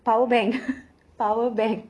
power bank power bank